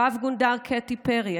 רב-גונדר קטי פרי,